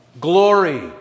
glory